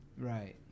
Right